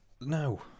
No